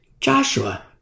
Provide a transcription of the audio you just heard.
Joshua